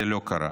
זה לא קרה.